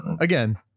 Again